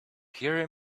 hear